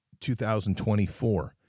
2024